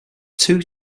two